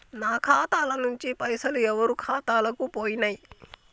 నా ఖాతా ల నుంచి పైసలు ఎవరు ఖాతాలకు పోయినయ్?